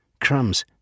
crumbs